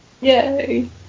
Yay